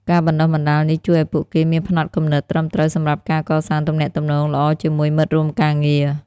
ការបណ្តុះបណ្តាលនេះជួយឱ្យពួកគេមានផ្នត់គំនិតត្រឹមត្រូវសម្រាប់ការកសាងទំនាក់ទំនងល្អជាមួយមិត្តរួមការងារ។